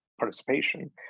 participation